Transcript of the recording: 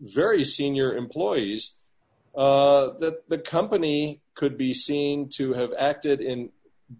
very senior employees that the company could be seen to have acted in